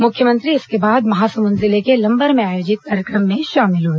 मुख्यमंत्री इसके बाद महासमुंद जिले के लंबर में आयोजित कार्यक्रम में शामिल हुए